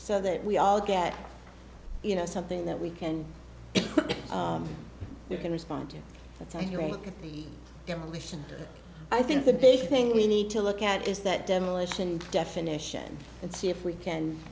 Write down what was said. so that we all get you know something that we can you can respond to attenuate demolition i think the big thing we need to look at is that demolition definition and see if we can